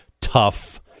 tough